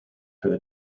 for